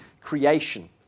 creation